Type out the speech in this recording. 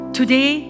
today